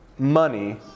Money